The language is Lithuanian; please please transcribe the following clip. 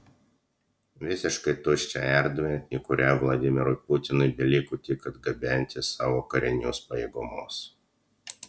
visiškai tuščią erdvę į kurią vladimirui putinui beliko tik atgabenti savo karinius pajėgumus